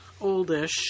oldish